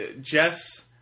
Jess